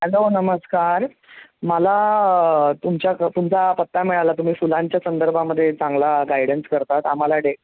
hello नमस्कार मला तुमच्या तुमचा पत्ता मिळाला तुम्ही फुलांच्या संदर्भामध्ये चांगला गायडन्स करतात आम्हाला डे